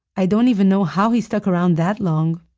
i don't even know how he stuck around that long.